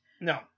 No